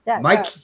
Mike